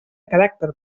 caràcter